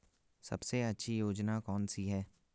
सबसे अच्छी योजना कोनसी है?